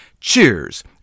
Cheers